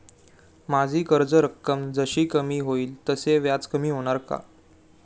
माझी कर्ज रक्कम जशी कमी होईल तसे व्याज कमी होणार का?